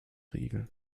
riegel